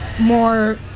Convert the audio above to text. more